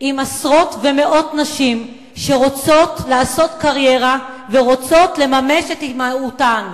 עם עשרות ומאות נשים שרוצות לעשות קריירה ורוצות לממש את אימהותן.